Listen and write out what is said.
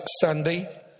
Sunday